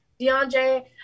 DeAndre